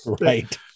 Right